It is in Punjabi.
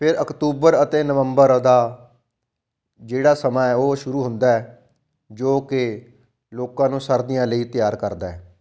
ਫਿਰ ਅਕਤੂਬਰ ਅਤੇ ਨਵੰਬਰ ਦਾ ਜਿਹੜਾ ਸਮਾਂ ਹੈ ਉਹ ਸ਼ੁਰੂ ਹੁੰਦਾ ਹੈ ਜੋ ਕਿ ਲੋਕਾਂ ਨੂੰ ਸਰਦੀਆਂ ਲਈ ਤਿਆਰ ਕਰਦਾ ਹੈ